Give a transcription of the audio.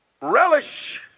relish